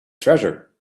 treasure